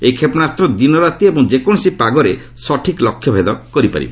ଏହି କ୍ଷେପଶାସ୍ତ ଦିନରାତି ଏବଂ ଯେକୌଣସି ପାଗରେ ସଠିକ୍ ଲକ୍ଷ୍ୟ ଭେଦ କରି ପାରିବ